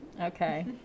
Okay